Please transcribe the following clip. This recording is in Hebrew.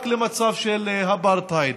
רק למצב של אפרטהייד.